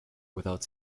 without